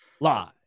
live